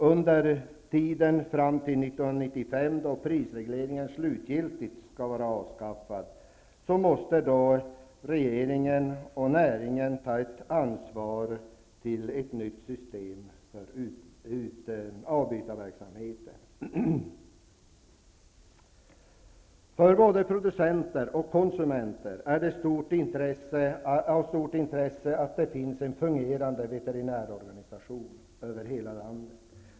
Under tiden fram till 1995, då prisregleringen slutgiltigt skall vara avskaffad, måste regeringen och näringen ta ett ansvar för att ett nytt system för arbytarverksamheten utarbetas. För både producenter och konsumenter är det av stort intresse att det finns en fungerande veterinärorganisation över hela landet.